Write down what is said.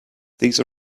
these